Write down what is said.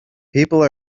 people